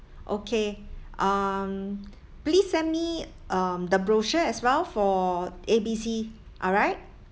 okay um please send me um the brochure as well for A B C alright